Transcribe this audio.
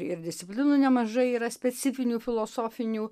ir disciplinų nemažai yra specifinių filosofinių